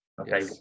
okay